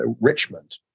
Richmond